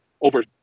over